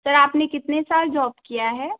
sir आपने कितने साल जॉब किया है